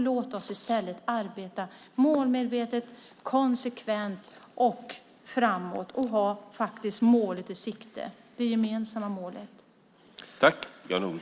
Låt oss i stället arbeta målmedvetet, konsekvent och framåt och ha det gemensamma målet i sikte!